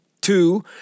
two